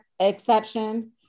exception